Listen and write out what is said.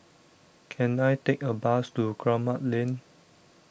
can I take a bus to Kramat Lane